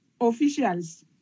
officials